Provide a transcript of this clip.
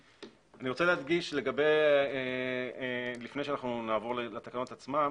אני רוצה להדגיש לפני שנעבור לתקנות עצמן,